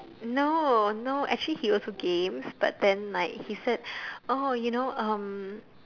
no no actually he also games but then like he said oh you know um